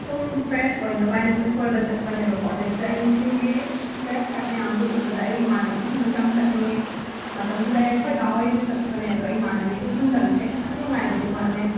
fresh ꯑꯣꯏꯅꯕ ꯍꯥꯏꯅ ꯁꯨꯝ ꯀꯣꯏꯕ ꯆꯠꯄꯅꯦꯕꯀꯣ ꯑꯗꯩꯗ ꯑꯩꯅ ꯆꯤꯡꯒꯤ ꯐ꯭ꯔꯦꯁ ꯁꯥꯏꯠ ꯃꯌꯥꯝꯗꯣ ꯎꯕꯗ ꯑꯩꯒꯤ ꯏꯃꯥꯟꯅꯕꯤꯁꯤꯡꯒꯁꯨ ꯌꯥꯝꯅ ꯆꯠꯅꯤꯡꯉꯦ ꯃꯇꯝꯗꯨꯗ ꯑꯩꯈꯣꯏ ꯗꯥꯍꯣꯏꯒ ꯆꯠꯄꯅꯦ ꯑꯗꯣ ꯑꯩ ꯏꯃꯥꯟꯅꯕꯤꯒ ꯄꯨꯟꯗꯕꯅꯤꯅ ꯈꯇꯪ ꯅꯨꯡꯉꯥꯏꯕꯗꯤ ꯋꯥꯠꯂꯦ